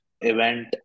event